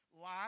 Life